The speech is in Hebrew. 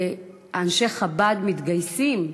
ואנשי חב"ד מתגייסים,